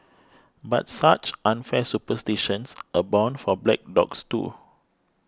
but such unfair superstitions abound for black dogs too